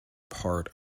part